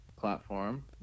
platform